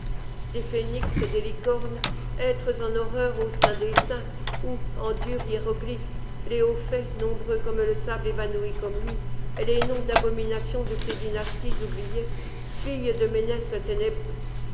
des phœnix et des licornes êtres en horreur au saint des saints ou en durs hiéroglyphes les hauts faits nombreux comme le sable évanouis comme lui et les noms d'abomination de ces dynasties oubliées filles de menès le ténébreux